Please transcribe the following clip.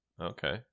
Okay